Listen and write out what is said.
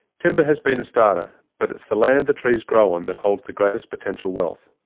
timber has been a starter but it's the land the trees grow on that holds the greatest potential wealth.